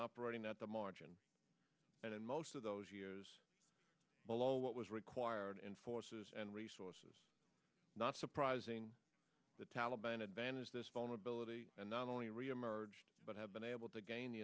operating at the margin and in most of those years below what was required in forces and resources not surprising the taliban advantage this vulnerability and not only reemerge but have been able to gain the